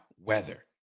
Weather